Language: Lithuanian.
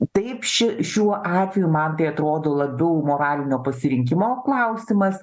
taip ši šiuo atveju man tai atrodo labiau moralinio pasirinkimo klausimas